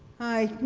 hi.